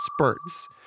spurts